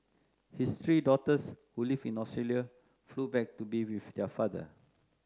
his three daughters who live in Australia flew back to be with their father